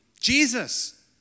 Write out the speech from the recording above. Jesus